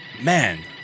Man